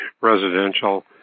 residential